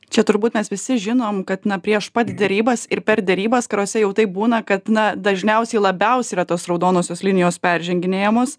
čia turbūt mes visi žinom kad na prieš pat derybas ir per derybas kurose jau taip būna kad na dažniausiai labiausiai yra tos raudonosios linijos perženginėjamos